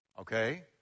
Okay